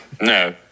No